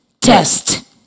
Test